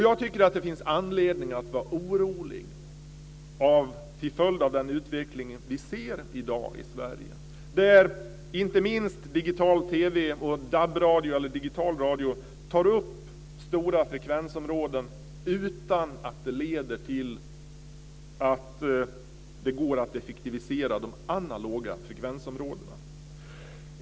Jag tycker att det finns anledning att vara orolig till följd av den utveckling vi ser i dag i Sverige, där inte minst digital TV och digital radio, DAB-radio, tar upp stora frekvensområden utan att det leder till att det går att effektivisera de analoga frekvensområdena.